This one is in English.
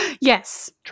Yes